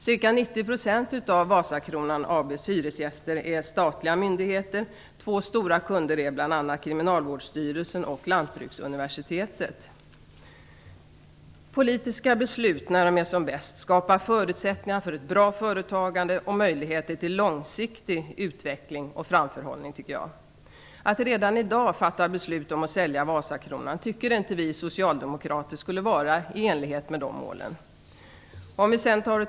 Ca 90 % av Vasakronan AB:s hyresgäster är statliga myndigheter. Två stora kunder är Kriminalvårdsstyrelsen och Lantbruksuniversitetet. Politiska beslut skapar när de är som bäst förutsättningar för ett bra företagande och möjligheter till långsiktig utveckling och framförhållning, tycker jag. Att redan i dag fatta beslut om att sälja Vasakronan tycker inte vi socialdemokrater skulle vara i enlighet med de målen.